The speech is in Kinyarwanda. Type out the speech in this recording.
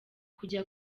kujya